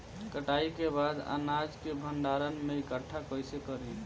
कटाई के बाद अनाज के भंडारण में इकठ्ठा कइसे करी?